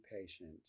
patient